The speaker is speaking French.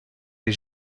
les